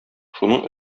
шуның